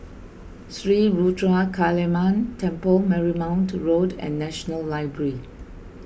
Sri Ruthra Kaliamman Temple Marymount Road and National Library